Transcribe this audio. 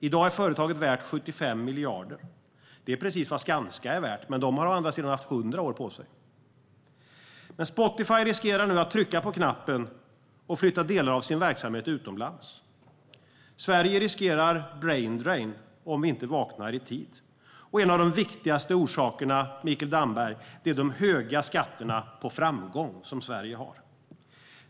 I dag är företaget värt 75 miljarder, precis lika mycket som Skanska är värt, men Skanska har haft hundra år på sig. Men nu finns det risk för att Spotify trycker på knappen och flyttar delar av sin verksamhet utomlands. Sverige riskerar braindrain, om vi inte vaknar i tid. Och en av de viktigaste orsakerna, Mikael Damberg, är de höga skatterna på framgång som Sverige har.